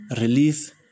release